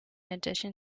addition